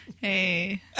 Hey